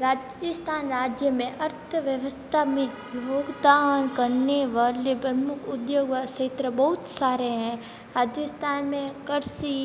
राजस्थान राज्य में अर्थव्यवस्था में योगदान करने वाले प्रमुख उद्योग वा क्षेत्र बहुत सारे हैं राजस्थान में कृषि